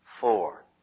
Four